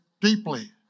deeply